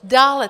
Dále.